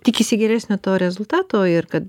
tikisi geresnio to rezultato ir kad